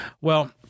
Well-